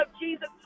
Jesus